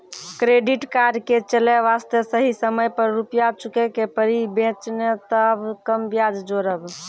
Credit card के चले वास्ते सही समय पर रुपिया चुके के पड़ी बेंच ने ताब कम ब्याज जोरब?